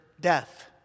death